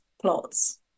plots